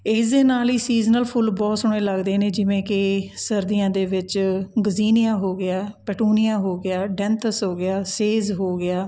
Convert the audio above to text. ਇਸ ਦੇ ਨਾਲ਼ ਹੀ ਸੀਜ਼ਨਲ ਫੁੱਲ ਬਹੁਤ ਸੋਹਣੇ ਲੱਗਦੇ ਨੇ ਜਿਵੇਂ ਕਿ ਸਰਦੀਆਂ ਦੇ ਵਿੱਚ ਗਜੀਨੀਆ ਹੋ ਗਿਆ ਪੈਟੂਨੀਆ ਹੋ ਗਿਆ ਡੈਂਥਸ ਹੋ ਗਿਆ ਸੇਜ਼ ਹੋ ਗਿਆ